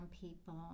people